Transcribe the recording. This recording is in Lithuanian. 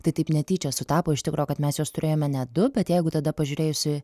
tai taip netyčia sutapo iš tikro kad mes juos turėjome net du bet jeigu tada pažiūrėjus į